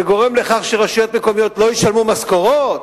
זה גורם לכך שרשויות מקומיות לא ישלמו משכורות?